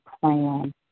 plan